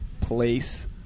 place